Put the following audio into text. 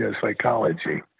psychology